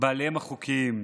בעליהם החוקיים.